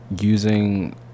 using